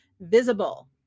visible